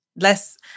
less